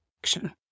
action